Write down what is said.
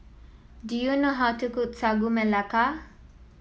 do you know how to cook Sagu Melaka